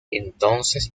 entonces